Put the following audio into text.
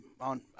on